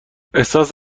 احساس